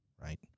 right